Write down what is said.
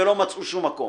ולא מצאו שום מקום.